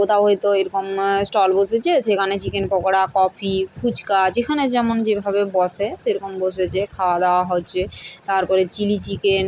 কোথাও হয়তো এরকম স্টল বসেছে সেখানে চিকেন পকোড়া কফি ফুচকা যেখানে যেমন যেভাবে বসে সেরকম বসেছে খাওয়া দাওয়া হচ্ছে তারপরে চিলি চিকেন